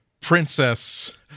Princess